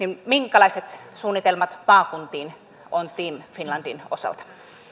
minkälaiset suunnitelmat maakuntiin on team finlandin osalta